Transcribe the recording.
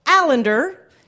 Allender